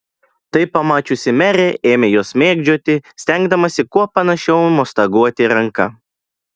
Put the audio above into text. tai pamačiusi merė ėmė juos mėgdžioti stengdamasi kuo panašiau mostaguoti ranka